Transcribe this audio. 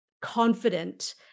confident